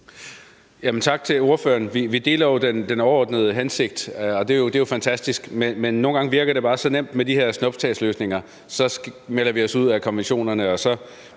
Tak til ordføreren. Vi deler jo den overordnede hensigt, og det er fantastisk, men nogle gange virker det bare så nemt med de her snuptagsløsninger: Så melder vi os ud af konventionerne, så